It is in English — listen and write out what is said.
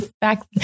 back